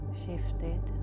shifted